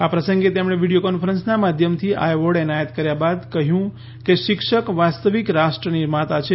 આ પ્રસંગે તેમણે વિડિયો કોન્ફરન્સના માધ્યમથી આ એવોર્ડ એનાયત કર્યા બાદ કહ્યું કે શિક્ષક વાસ્તવિક રાષ્ટ્ર નિર્માતા છે